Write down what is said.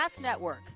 Network